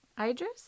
Idris